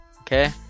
okay